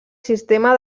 sistema